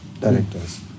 directors